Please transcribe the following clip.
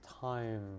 time